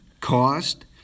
cost